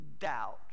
Doubt